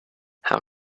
how